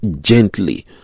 gently